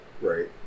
Right